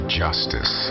justice